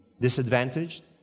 disadvantaged